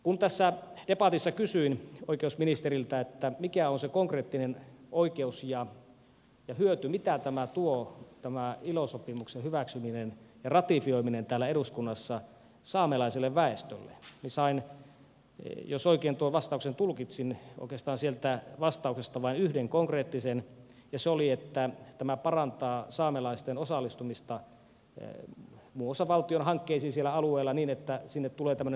kun tässä debatissa kysyin oikeusministeriltä mikä on se konkreettinen oikeus ja hyöty mitä tämä ilo sopimuksen hyväksyminen ja ratifioiminen täällä eduskunnassa tuo saamelaiselle väestölle niin sain jos oikein tuon vastauksen tulkitsin siitä vastauksesta oikeastaan vain yhden konkreettisen asian ja se oli se että tämä parantaa saamelaisten osallistumista muun muassa valtion hankkeisiin siellä alueella niin että sinne tulee tämmöinen neuvotteluvelvoite